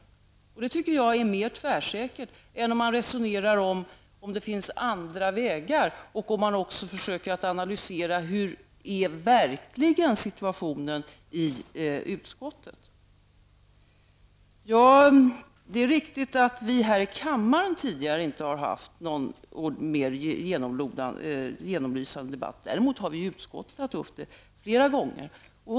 Att säga det tycker jag är mer tvärsäkert än att resonera om ifall det finns andra vägar och att också försöka analysera hurdan situationen i utskottet verkligen är. Det är riktigt att vi här i kammaren tidigare inte har haft någon mer genomlysande debatt. Däremot har vi i utskottet flera gånger tagit upp frågan.